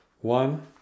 One